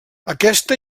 aquesta